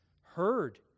heard